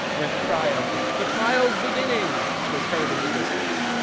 when a cry of the trial's beginning! was heard in the distance.